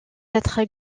être